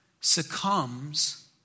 succumbs